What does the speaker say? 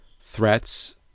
threats